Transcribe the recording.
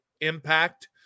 impact